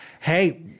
hey